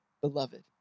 beloved